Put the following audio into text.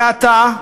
ואתה,